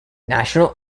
national